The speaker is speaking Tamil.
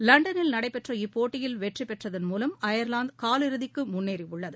லண்டனில் நடைபெற்ற இப்போட்டியில் வெற்றி பெற்றதன்மூவம் அயர்வாந்து காலிறுதிக்கு முன்னேறி உள்ளது